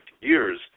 years